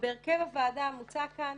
ובהרכב הוועדה המוצע כאן